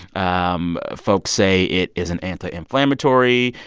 um folks say it is an anti-inflammatory,